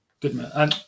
Goodman